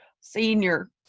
senior